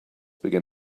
began